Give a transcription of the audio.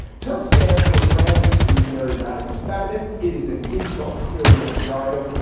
turf stands for trans exclusionary, radical feminist. it is an insult. clearly a pejorative.